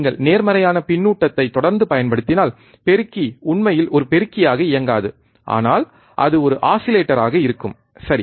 நீங்கள் நேர்மறையான பின்னூட்டத்தை தொடர்ந்து பயன்படுத்தினால் பெருக்கி உண்மையில் ஒரு பெருக்கியாக இயங்காது ஆனால் அது ஒரு ஆஸிலேட்டராக இருக்கும் சரி